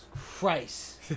Christ